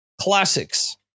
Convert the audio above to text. classics